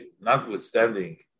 notwithstanding